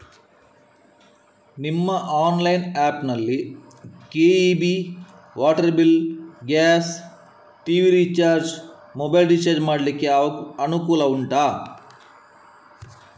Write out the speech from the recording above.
ನಿಮ್ಮ online app ನಲ್ಲಿ KEB, water bill, gas, TV recharge, mobile recharge ಮಾಡ್ಲಿಕ್ಕೆ ಅನುಕೂಲ ಉಂಟಾ